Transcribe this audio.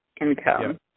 income